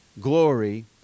Glory